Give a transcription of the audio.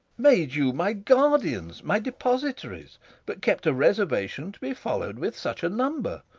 made you my guardians, my depositaries but kept a reservation to be follow'd with such a number.